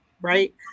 right